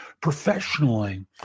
Professionally